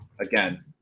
again